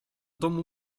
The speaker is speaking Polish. domu